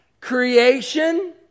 Creation